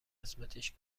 قسمتش